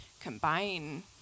combine